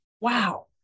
wow